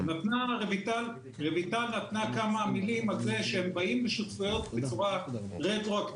רויטל נתנה כמה מילים על זה שהם באים לשותפויות בצורה רטרואקטיבית,